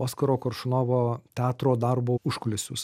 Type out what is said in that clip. oskaro koršunovo teatro darbo užkulisius